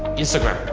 instagram.